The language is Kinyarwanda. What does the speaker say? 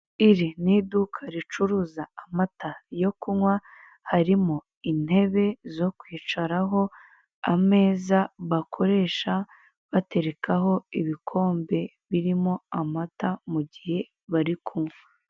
Iri ni iduka ricuruza amata yo kunywa, harimo intebe zo kwicaraho, ameza bakoresha baterekaho ibikombe birimo amata, mu gihe bari kunywa.